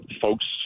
folks